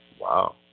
Wow